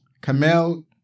Kamel